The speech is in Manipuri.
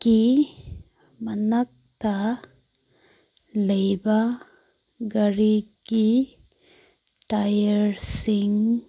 ꯀꯤ ꯃꯅꯥꯛꯇ ꯂꯩꯕ ꯒꯥꯔꯤꯒꯤ ꯇꯥꯏꯌꯔꯁꯤꯡ